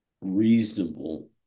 reasonable